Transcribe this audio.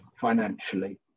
financially